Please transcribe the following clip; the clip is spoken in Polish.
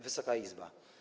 Wysoka Izbo!